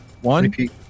one